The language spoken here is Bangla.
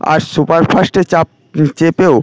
আর সুপারফাস্টে চাপ চেপেও